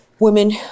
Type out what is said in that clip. Women